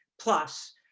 plus